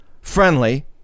friendly